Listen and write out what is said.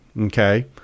okay